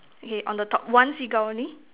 okay on the top one seagull only